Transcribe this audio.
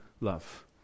love